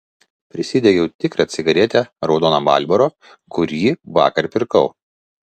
prisidegiau tikrą cigaretę raudono marlboro kurį vakar pirkau